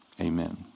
amen